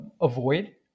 avoid